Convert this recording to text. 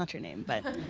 your name, but.